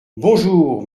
bonjour